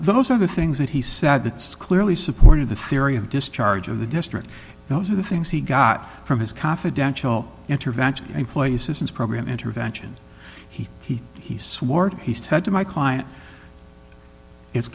those are the things that he said that's clearly supported the theory of discharge of the district those are the things he got from his confidential intervention employees this is program intervention he he he swore to he said to my client i